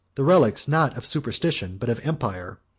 the relics, not of superstition, but of empire,